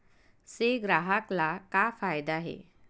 से ग्राहक ला का फ़ायदा हे?